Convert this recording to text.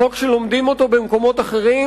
חוק שלומדים אותו במקומות אחרים,